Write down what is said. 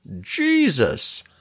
Jesus